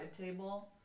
table